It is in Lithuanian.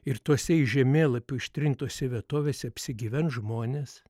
ir tose iš žemėlapių ištrintose vietovėse apsigyvens žmonės